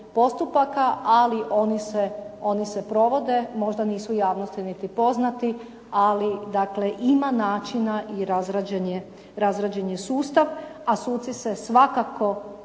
postupaka ali oni se provode, možda nisu javnosti niti poznati ali dakle ima načina i razrađen je sustav, a suci se svakako